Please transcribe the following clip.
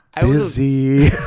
Busy